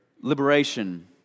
liberation